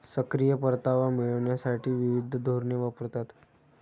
सक्रिय परतावा मिळविण्यासाठी विविध धोरणे वापरतात